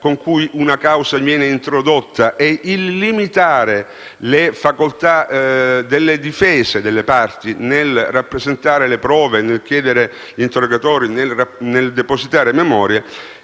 con cui una causa viene introdotta e non è il limitare le facoltà della difesa delle parti nel rappresentare le prove, chiedere interrogatori e depositare memorie